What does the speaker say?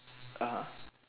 (uh huh)